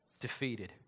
defeated